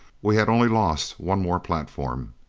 we had only lost one more platform.